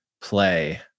play